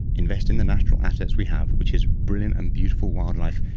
invest in the natural assets we have, which is brilliant and beautiful wildlife,